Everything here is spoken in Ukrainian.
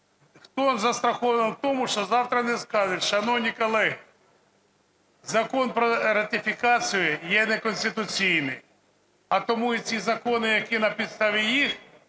Хто застрахований від того, що завтра не скажуть: шановні колеги, Закон про ратифікацію є неконституційний, а тому і ці закони, які на підставі їх